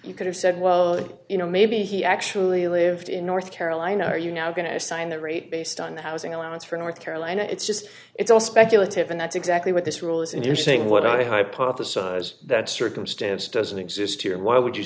you could have said well you know maybe he actually lived in north carolina are you now going to assign the rate based on the housing allowance for north carolina it's just it's all speculative and that's exactly what this rule is and you're saying what i hypothesize that circumstance doesn't exist here and why would you